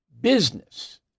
business